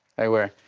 i wear.